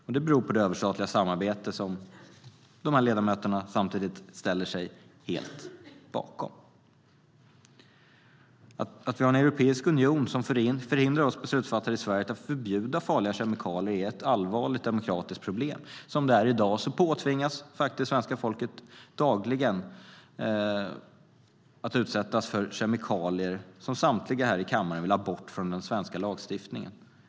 Detta beror på det överstatliga samarbete som dessa ledamöter samtidigt ställer sig helt bakom. Att vi har en europeisk union som förhindrar oss beslutsfattare i Sverige att förbjuda farliga kemikalier är ett allvarligt demokratiskt problem. Som det är i dag påtvingas svenska folket dagligen att utsättas för kemikalier som samtliga här i kammaren vill ha bort från den svenska lagstiftningen.